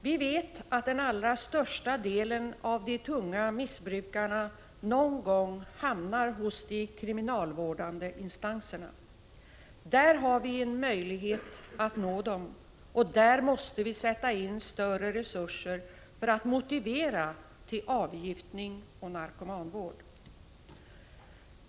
Vi vet att den allra största delen av de tunga missbrukarna någon gång hamnar hos de kriminalvårdande instanserna. Där har vi en möjlighet att nå dem, och där måste vi sätta in större resurser för att motivera till avgiftning och narkomanvård.